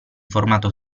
formato